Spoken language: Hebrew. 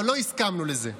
אבל לא הסכמנו לזה.